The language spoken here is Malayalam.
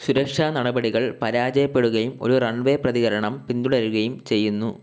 സുരക്ഷാ നടപടികൾ പരാജയപ്പെടുകയും ഒരു റൺ വേ പ്രതികരണം പിന്തുടരുകയും ചെയ്യുന്നു